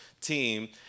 team